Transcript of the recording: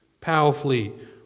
powerfully